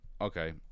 Okay